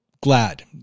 glad